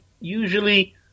usually